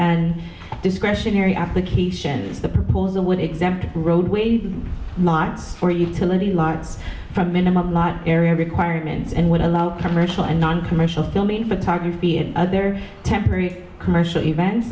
and discretionary applications the proposal would exempt roadways not for use to let me live from a minimum lot area requirements and would allow commercial and noncommercial filming photography and other temporary commercial events